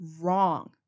wrong